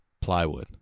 plywood